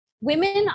women